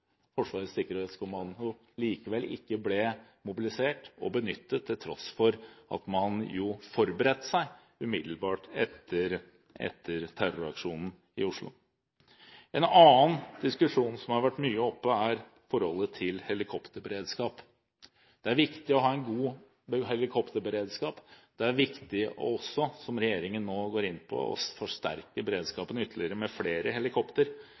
Forsvarets spesialkommando likevel ikke ble mobilisert og benyttet, til tross for at man jo forberedte seg umiddelbart etter terroraksjonen i Oslo. En annen diskusjon som har vært mye oppe, er forholdet til helikopterberedskap. Det er viktig å ha en god helikopterberedskap. Det er også viktig, som regjeringen nå går inn for, å forsterke beredskapen ytterligere med flere